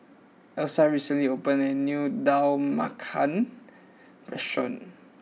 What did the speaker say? Elsa recently opened a new Dal Makhani restaurant